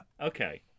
Okay